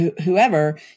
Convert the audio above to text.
whoever